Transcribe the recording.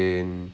uh